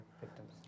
victims